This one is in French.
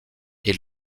est